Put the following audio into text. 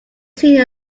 seen